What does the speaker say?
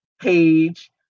page